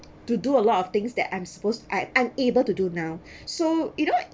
to do a lot of things that I'm supposed I'm able to do now so you know